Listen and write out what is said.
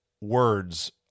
words